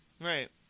Right